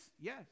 Yes